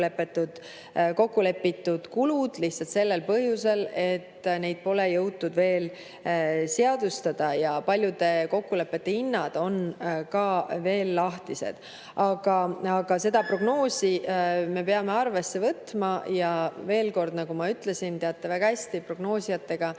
kokku lepitud kulud lihtsalt sellel põhjusel, et neid pole jõutud veel seadustada ja paljude kokkulepete hinnad on ka veel lahtised. Aga seda prognoosi me peame arvesse võtma. Ent veel kord, nagu ma ütlesin, te teate väga hästi, et prognoosijatega